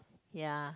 ya